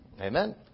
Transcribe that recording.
Amen